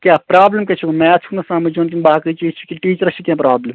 کیاہ پرٛابلِم کیاہ چھِ میتھ چھُکھ نَہ سَمٕجھ یِوَان کِنہٕ باقٕے چیٖزچھِ کِنہٕ ٹیٖچرَس چِھ کیٚنٛہہ پرٛابلِم